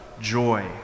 joy